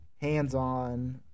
hands-on